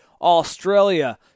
Australia